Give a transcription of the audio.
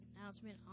announcement